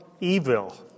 evil